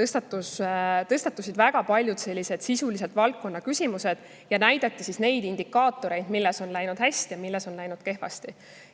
tõstatusid väga paljud sisulised valdkonnaküsimused ja näidati neid indikaatoreid, mille poolest on läinud hästi ja mille poolest on läinud kehvasti.